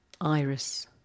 Iris